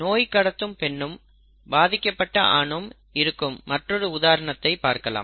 நோய் கடத்தும் பெண்ணும் பாதிக்கப்பட்ட ஆணும் இருக்கும் மற்றொரு உதாரணத்தை பார்க்கலாம்